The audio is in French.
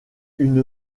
une